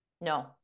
No